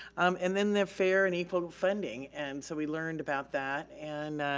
um and then the fair and equal funding and so we learned about that and